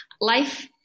life